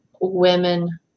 women